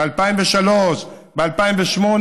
ב-2003, ב-2008,